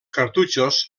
cartutxos